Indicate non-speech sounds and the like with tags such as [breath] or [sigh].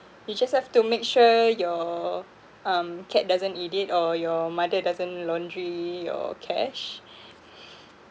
you just have to make sure your um cat doesn't eat it or your mother doesn't laundry your cash [breath]